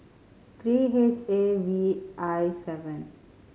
three H A V I seven